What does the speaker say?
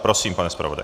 Prosím, pane zpravodaji.